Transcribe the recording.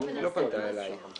היא לא פנתה אליי.